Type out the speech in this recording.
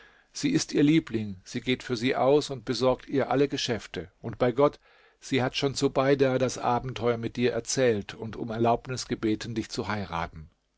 sie ist ihr liebling sie geht für sie aus und besorgt ihr alle geschäfte und bei gott sie hat schon zubeida das abenteuer mit dir erzählt und um erlaubnis gebeten dich zu heiraten